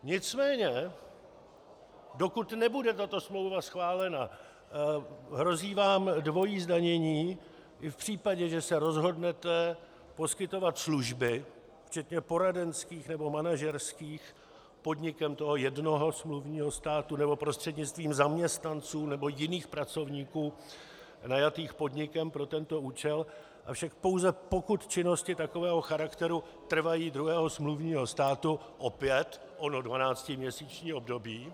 Nicméně dokud nebude tato smlouva schválena, hrozí vám dvojí zdanění i v případě, že se rozhodnete poskytovat služby včetně poradenských nebo manažerských podnikem toho jednoho smluvního státu nebo prostřednictvím zaměstnanců nebo jiných pracovníků najatých podnikem pro tento účel, avšak pouze pokud činnosti takového charakteru trvají druhého smluvního státu opět ono dvanáctiměsíční období.